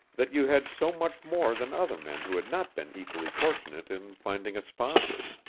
that you had so much more than other men who had not been equally fortunate in finding a sponsor.